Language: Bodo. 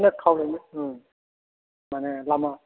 बिदिनो खावनायनि मानि लामा